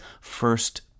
first